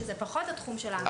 שזה פחות התחום שלנו.